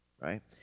right